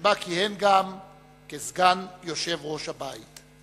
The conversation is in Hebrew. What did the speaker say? שבה כיהן גם כסגן יושב-ראש הבית.